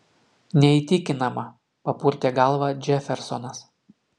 neįtikinama papurtė galvą džefersonas